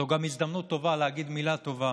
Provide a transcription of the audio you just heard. זאת גם הזדמנות טובה לומר מילה טובה